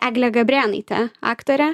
eglė gabrėnaitė aktorė